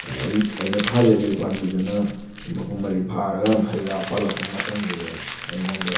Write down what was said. ꯑꯩ ꯑꯩꯅ ꯊꯥꯖꯔꯤ ꯄꯥꯝꯕꯤꯗꯨꯅ ꯃꯄꯨꯡ ꯃꯔꯩ ꯐꯥꯔꯒ ꯍꯩ ꯔꯥ ꯄꯥꯜꯂꯛꯄ ꯃꯇꯝꯁꯤꯗ ꯑꯩꯉꯣꯟꯗ